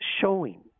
Showing